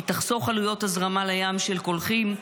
היא תחסוך עלויות הזרמה לים של קולחים,